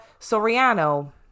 soriano